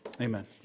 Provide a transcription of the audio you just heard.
amen